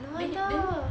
then then